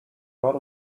not